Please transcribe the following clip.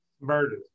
murder